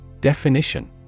Definition